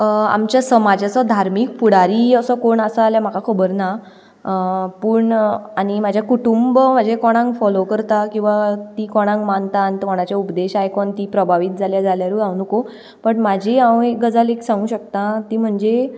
आमच्या समाजाचो धार्मिक फुडारी असो कोण आसा जाल्यार म्हाका खबर ना पूण आनी म्हजें कुटुंब म्हजें कोणाक फोलो करता किंवां तीं कोणाक मानता आनी तीं कोणांचे उपदेश आयकून तीं प्रभावीत जाल्यां जाल्यारूय हांव नोको बट म्हजी हांव एक गजाल एक सांगूं शकता ती म्हणजे